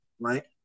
right